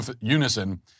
unison